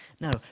No